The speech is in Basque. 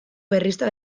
berrizta